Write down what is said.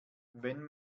wenn